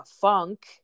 funk